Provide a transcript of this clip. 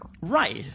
Right